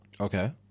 Okay